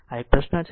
આ એક પ્રશ્ન છે